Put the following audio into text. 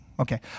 Okay